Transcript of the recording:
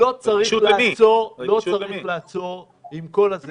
לא צריך לעצור עם כל הכוח.